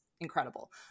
incredible